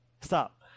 Stop